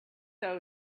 those